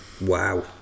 Wow